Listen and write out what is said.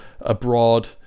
abroad